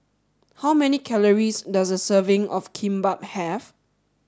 how many calories does a serving of Kimbap have